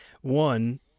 One